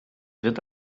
wird